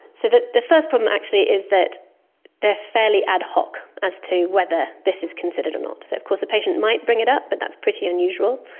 so the first problem actually is that they are fairly ad hoc as to whether this is considered or not. so of course a patient might bring it up but that's pretty unusual.